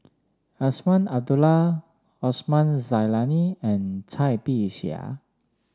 Azman Abdullah Osman Zailani and Cai Bixia